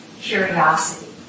curiosity